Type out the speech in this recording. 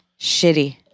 Shitty